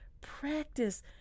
Practice